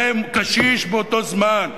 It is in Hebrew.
קשיש באותו זמן,